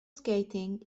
skating